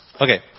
Okay